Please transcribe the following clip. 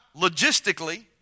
logistically